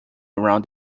around